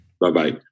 Bye-bye